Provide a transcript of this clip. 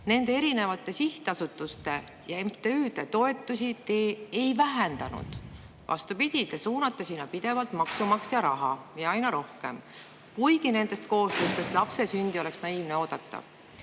Nende eri sihtasutuste ja MTÜ-de toetusi te ei vähendanud. Vastupidi, te suunate sinna pidevalt maksumaksja raha, ja aina rohkem, kuigi nendest kooslustest oleks lapse sündi naiivne oodata.